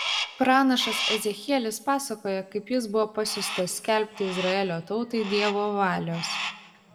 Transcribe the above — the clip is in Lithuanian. pranašas ezechielis pasakoja kaip jis buvo pasiųstas skelbti izraelio tautai dievo valios